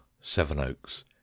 sevenoaks